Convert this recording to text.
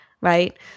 right